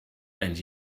and